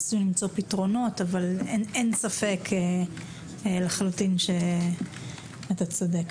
ניסינו למצוא פתרונות, אבל אין ספק שאתה צודק.